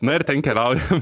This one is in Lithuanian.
na ir ten keliaujam